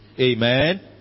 amen